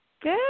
Good